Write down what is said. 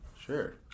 Sure